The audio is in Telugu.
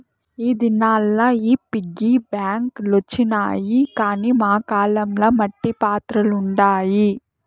ఈ దినాల్ల ఈ పిగ్గీ బాంక్ లొచ్చినాయి గానీ మా కాలం ల మట్టి పాత్రలుండాయి